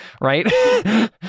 right